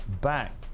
back